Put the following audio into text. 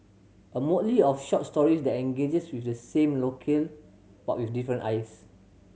a motley of short stories that engages with the same locale but with different eyes